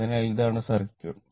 അതിനാൽ ഇതാണ് സർക്യൂട്ട്